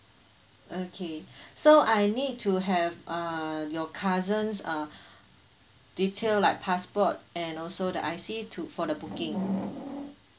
okay so I need to have uh your cousins uh detail like passport and also the I_C to for the booking